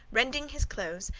rending his clothes,